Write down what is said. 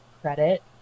credit